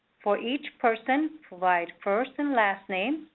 for each person, provide first and last names,